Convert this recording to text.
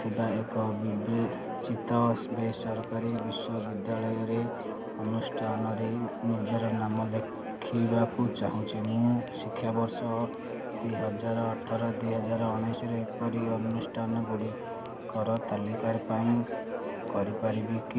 ଥିବା ଏକ ବିବେଚିତ ବେସରକାରୀ ବିଶ୍ୱ ବିଦ୍ୟାଳୟରେ ଅନୁଷ୍ଟାନରେ ନିଜର ନାମ ଲେଖିବାକୁ ଚାହୁଁଛି ମୁଁ ଶିକ୍ଷାବର୍ଷ ଦୁଇହଜାର ଅଠର ଦୁଇହଜାର ଉଣେଇଶରେ ଏପରି ଅନୁଷ୍ଠାନ ଗୁଡ଼ିକର ତାଲିକା ପାଇଁ କରିପାରିବି କି